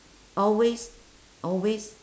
always always